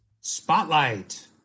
Spotlight